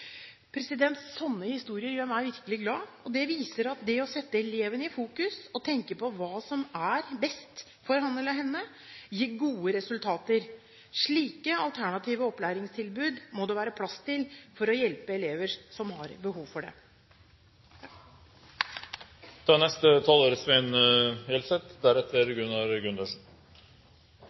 historier gjør meg virkelig glad. Det viser at det å fokusere på elvene og tenke på hva som er best for han eller henne, gir gode resultater. Slike alternative opplæringstilbud må det være plass til for å hjelpe elever som har behov for det. Ønsket om ei meir praktisk og relevant opplæring er